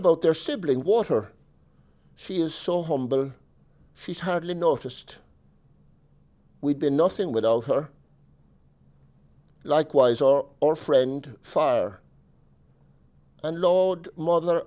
about their sibling water she is so humble she's hardly noticed we've been nothing without her likewise are our friend fire and load mother